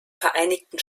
vereinigten